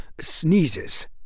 sneezes